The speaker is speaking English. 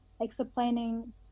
explaining